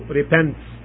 repents